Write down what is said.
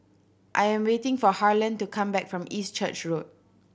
I am waiting for Harlen to come back from East Church Road